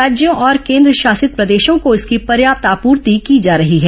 राज्यों और केन्द्रशासित प्रदेशों को इसकी पर्याप्त आपूर्ति की जा रही है